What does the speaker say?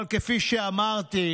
אבל כפי שאמרתי,